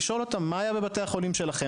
לשאול אותם מה היה בבתי החולים שלהם,